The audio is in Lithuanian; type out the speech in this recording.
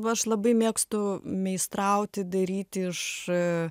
va aš labai mėgstu meistrauti daryti iš